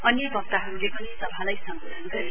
अन्य वक्ताहरूले पनि सभालाई सम्बोधन गरे